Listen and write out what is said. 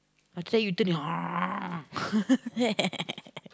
after that you turn